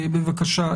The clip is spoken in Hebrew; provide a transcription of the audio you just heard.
בבקשה,